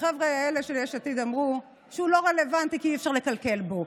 שהחבר'ה האלה של יש עתיד אמרו שהוא לא רלוונטי כי אי-אפשר לקלקל בו.